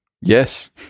Yes